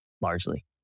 largely